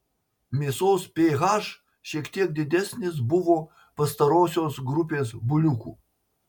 mėsos ph šiek tiek didesnis buvo pastarosios grupės buliukų